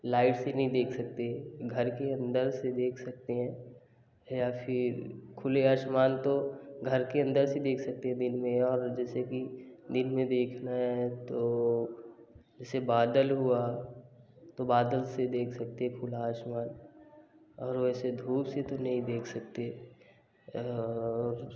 lights ही नहीं देख सकते घर के अन्दर से देख सकते हैं या फिर खुले आसमान तो घर के अन्दर से देख सकते हैं दिन में और जैसे कि दिन में देखना है तो जैसे बादल हुआ तो बादल से देख सकते हैं खुला आसमान और वैसे धूप से तो नहीं देख सकते और